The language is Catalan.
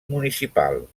municipal